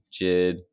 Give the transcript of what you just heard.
Jid